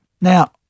Now